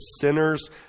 sinners